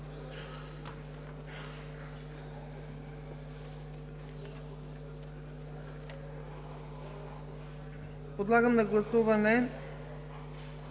Подлагам на гласуване